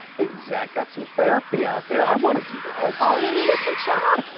exact got some therapy out there i want to do that at all you need is some chopped